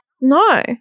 No